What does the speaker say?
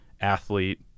athlete